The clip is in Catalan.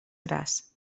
gras